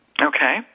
Okay